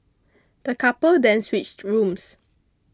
the couple then switched rooms